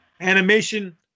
animation